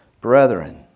brethren